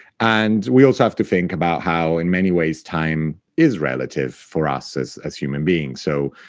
and we also have to think about how, in many ways, time is relative for us as as human beings. so,